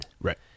Right